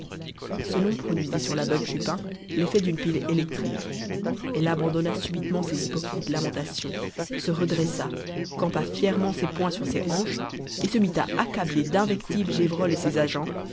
ce nom produisit sur la veuve chupin l'effet d'une pile électrique elle abandonna subitement ses hypocrites lamentations se redressa campa fièrement ses poings sur ses hanches et se mit à accabler d'invectives gévrol et ses agents